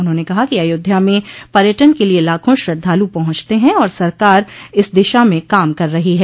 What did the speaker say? उन्होंने कहा कि अयोध्या में पर्यटन के लिये लाखों श्रद्वालु पहुंचते हैं और सरकार इस दिशा मं काम कर रही है